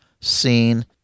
seen